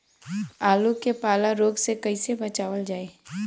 आलू के पाला रोग से कईसे बचावल जाई?